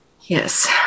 Yes